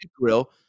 grill